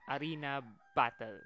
arena-battle